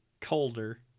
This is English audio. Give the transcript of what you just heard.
colder